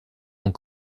ont